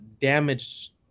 damaged